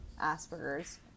Asperger's